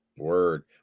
word